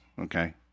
Okay